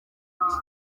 iki